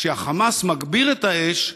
כשהחמאס מגביר את האש,